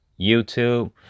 YouTube